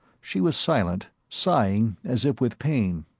she was silent, sighing as if with pain.